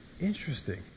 Interesting